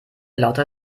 lauter